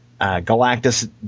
Galactus